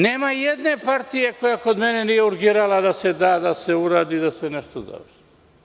Nema jedne partije koja kod mene nije urgirala da se da, da se uradi, da se nešto dobije.